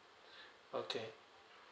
okay